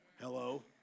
Hello